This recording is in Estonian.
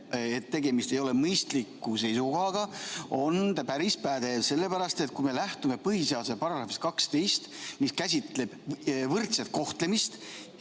et tegemist ei ole mõistliku seisukohaga, on päris pädev. Sellepärast, et kui me lähtume põhiseaduse §-st 12, mis käsitleb võrdset kohtlemist,